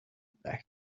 back